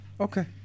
Okay